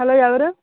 hello ఎవరు